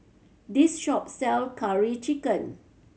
this shop sells Curry Chicken